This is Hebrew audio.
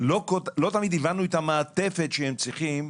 לא תמיד הבנו את המעטפת שהם צריכים